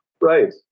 Right